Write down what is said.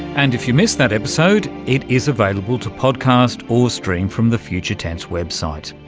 and if you missed that episode, it is available to podcast or stream from the future tense website.